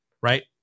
right